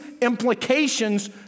implications